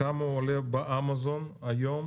כמה הוא עולה באמזון היום?